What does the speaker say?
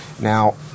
Now